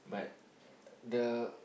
but the